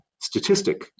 statistic